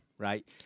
Right